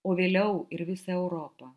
o vėliau ir visą europą